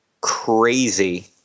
Crazy